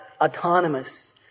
autonomous